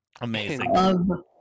Amazing